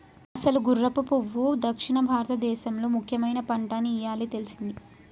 అసలు గుర్రపు పప్పు దక్షిణ భారతదేసంలో ముఖ్యమైన పంటని ఇయ్యాలే తెల్సింది